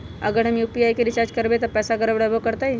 अगर हम यू.पी.आई से रिचार्ज करबै त पैसा गड़बड़ाई वो करतई?